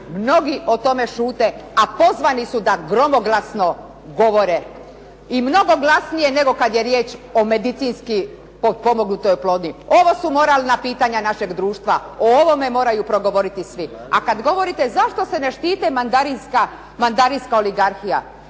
mnogi o tome šute, a pozvani su da gromoglasno govore. I mnogo glasnije nego kad je riječ o medicinski potpomognutoj oplodnji. Ovo su moralna pitanja našeg društva, o ovome moraju progovoriti svi. A kad govorite zašto se ne štite mandarinska oligarhija,